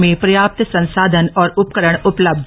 में पर्याप्त संसाधन और उपकरण उपलब्ध